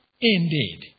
indeed